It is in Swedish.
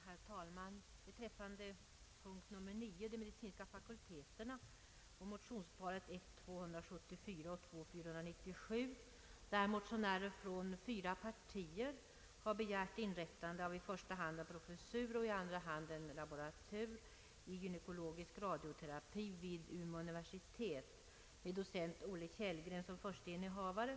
Herr talman! Under punkten nr 9, som gäller de medicinska fakulteterna, har av motionärer från fyra partier, i motionsparet I: 274 och II: 497, begärts inrättande av i första hand en professur och i andra hand en laboratur i gynekologisk radioterapi vid Umeå universitet med docenten Olle Kjellgren som förste innehavare.